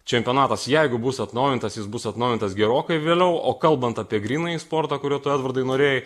čempionatas jeigu bus atnaujintas jis bus atnaujintas gerokai vėliau o kalbant apie grynąjį sportą kurio tu edvardai norėjai